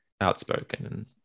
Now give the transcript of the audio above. outspoken